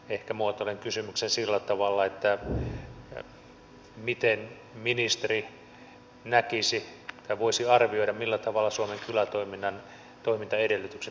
ehkä muotoilen kysymyksen sillä tavalla että miten ministeri näkisi tai voisi arvioida millä tavalla suomen kylätoiminnan toimintaedellytykset pystyttäisiin varmistamaan